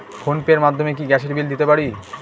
Phone pay র মাধ্যমে কি গ্যাসের বিল দিতে পারি?